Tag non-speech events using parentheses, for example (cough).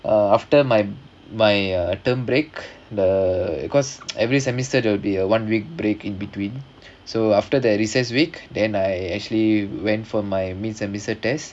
uh after my my uh term break the because (noise) every semester there will be a one week break in between so after that recess week then I actually went for my mid semester test